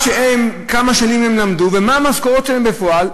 כמה שנים הם למדו ומה המשכורות שלהם בפועל,